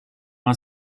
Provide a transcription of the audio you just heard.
ung